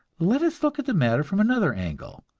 let us look at the matter from another angle.